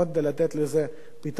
ולתת לזה פתרון.